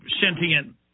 sentient